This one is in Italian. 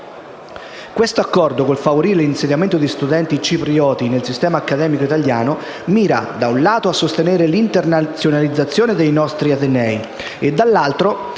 Questo Accordo, col favorire l'insediamento di studenti ciprioti nel sistema accademico italiano, mira da un lato a sostenere l'internazionalizzazione dei nostri atenei e, dall'altro,